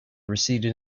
receded